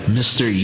mr